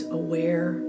aware